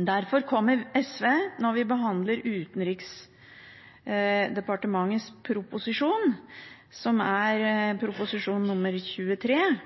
Derfor kommer SV, når vi behandler Utenriksdepartementets proposisjon, Prop. 23 S for 2016–2017, til